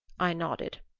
i nodded.